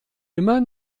immer